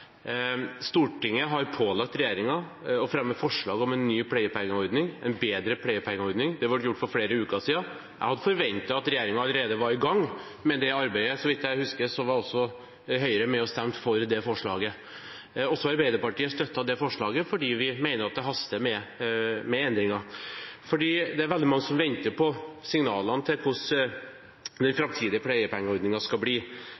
Stortinget har pålagt regjeringen å fremme forslag om en ny og bedre pleiepengeordning. Det ble gjort for flere uker siden. Jeg hadde forventet at regjeringen allerede var i gang med det arbeidet – så vidt jeg husker, var også Høyre med og stemte for det forslaget. Også Arbeiderpartiet støttet det forslaget, fordi vi mener at det haster med endringer. Det er veldig mange som venter på signalene om hvordan den framtidige pleiepengeordningen skal bli.